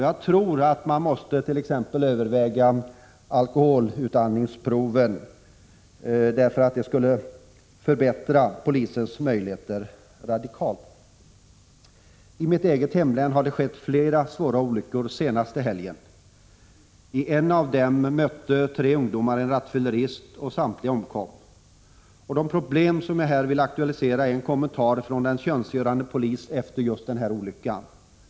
Jag tror att man t.ex. måste överväga alkoholutandningsprov eftersom det skulle förbättra polisens möjligheter radikalt. I mitt eget hemlän har det skett flera svåra olyckor den senaste helgen. I en av dem mötte tre ungdomar en rattfyllerist. Samtliga omkom. De problem som jag här vill aktualisera kommer fram i en kommentar efter olyckan från en tjänstgörande polis.